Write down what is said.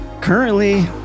currently